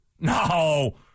No